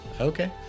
Okay